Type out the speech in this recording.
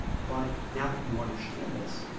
but now that you understand this,